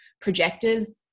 projectors